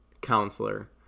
counselor